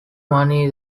money